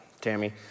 Tammy